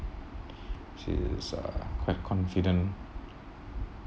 she's uh quite confident